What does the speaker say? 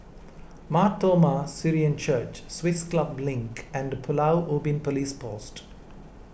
Mar Thoma Syrian Church Swiss Club Link and Pulau Ubin Police Post